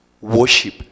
worship